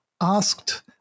asked